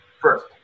first